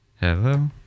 Hello